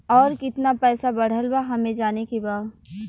और कितना पैसा बढ़ल बा हमे जाने के बा?